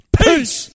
peace